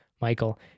Michael